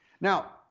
Now